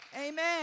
Amen